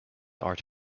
art